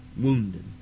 Wounded